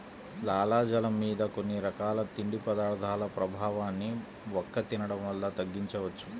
లాలాజలం మీద కొన్ని రకాల తిండి పదార్థాల ప్రభావాన్ని వక్క తినడం వల్ల తగ్గించవచ్చు